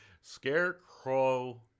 Scarecrow